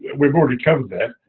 we've already covered that.